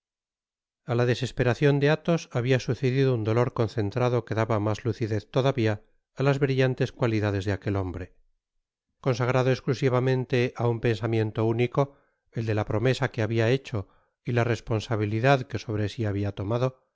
a la desesperacion de athos habia sucedido un dolor concentrado que daba mas lucidez todavia á las brillantes cualidades de aquel hombre consagrado esclusivamente á un pensamiento único el de la promesa que habia hecho y la responsabilidad que obre si habia tomado